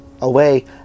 away